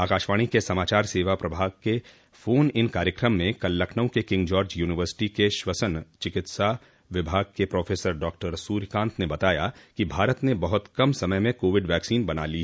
आकाशवाणो के समाचार सेवा प्रभाग के फोन इन कार्यक्रम में कल लखनऊ के किंग जॉर्ज यूनिवर्सिटी के श्वसन चिकित्सा विभाग के प्रोफसर डॉक्टर सूर्यकांत ने बताया कि भारत ने बहुत कम समय में कोविड वैक्सीन बना ली